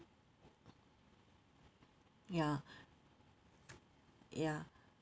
ya ya